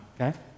okay